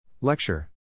Lecture